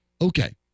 Okay